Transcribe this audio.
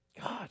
God